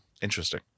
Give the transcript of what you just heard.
interesting